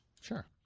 Sure